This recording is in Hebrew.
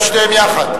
טוב.